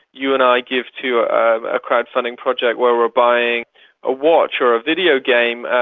you and i give to ah a crowd-funding project where we are buying a watch or a videogame,